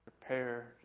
prepare